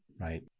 Right